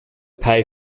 pay